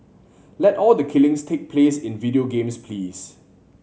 let all the killings take place in video games please